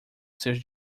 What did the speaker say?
seus